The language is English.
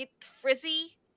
frizzy